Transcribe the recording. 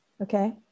Okay